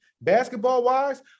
basketball-wise